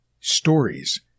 stories